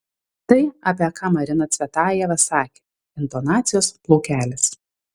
tai apie ką marina cvetajeva sakė intonacijos plaukelis